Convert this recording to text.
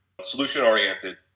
solution-oriented